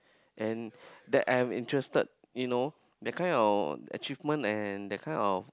and that I am interested you know that kind of achievement and that kind of